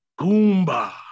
Goomba